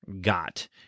got